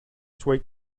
sweet